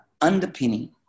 underpinning